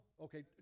Okay